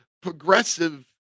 progressive